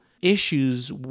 issues